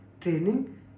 training